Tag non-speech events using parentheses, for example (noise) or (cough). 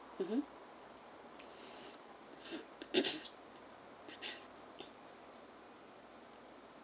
mmhmm (noise)